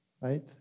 right